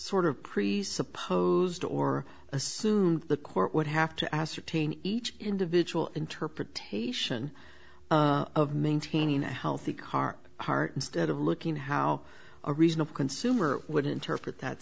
sort of presupposed or assumed the court would have to ascertain each individual interpretation of maintaining a healthy kark heart instead of looking at how a reason of consumer would interpret that